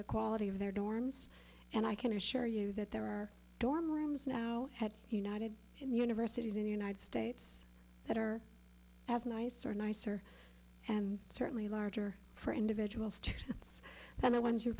the quality of their dorms and i can assure you that there are dorm rooms no had united and universities in the united states that are as nice or nicer and certainly larger for individuals to its than the ones you